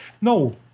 No